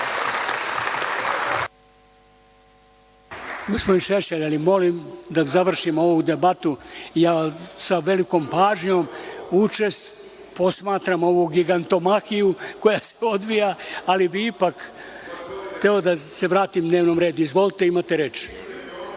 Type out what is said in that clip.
Gospodine Šešelj, ali molim da završimo ovu debatu. Ja sa velikom pažnju učestvujem, posmatram ovu gigantomahiju koja se odvija ali bih ipak hteo da se vratim dnevnom redu. Izvolite, imate reč,